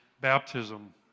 baptism